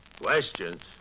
Questions